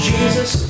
Jesus